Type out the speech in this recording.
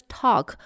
talk